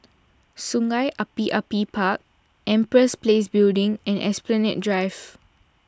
Sungei Api Api Park Empress Place Building and Esplanade Drive